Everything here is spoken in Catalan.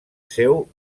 seu